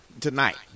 Tonight